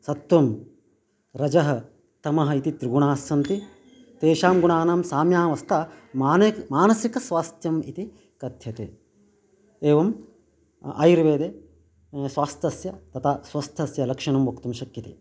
सत्वं रजः तमः इति त्रिगुणास्सन्ति तेषां गुणानां साम्यावस्था मानसिकस्वास्थ्यम् इति कथ्यते एवम् आयुर्वेदे स्वास्थस्य तथा स्वस्थस्य लक्षणं वक्तुं शक्यते